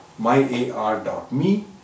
myar.me